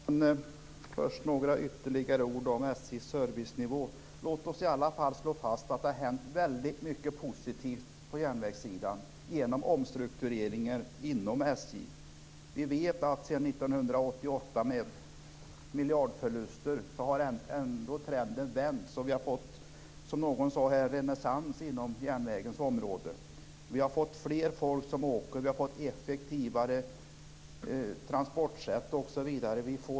Herr talman! Först vill jag säga några ytterligare ord om SJ:s servicenivå. Låt oss i alla fall slå fast att det har hänt mycket positivt på järnvägssidan genom omstruktureringar inom SJ. Vi vet att trenden har vänt efter miljardförluster 1988, och det har blivit, som någon sade, en renässans inom järnvägens område. Det har blivit fler människor som åker tåg, effektivare transportsätt osv.